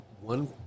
one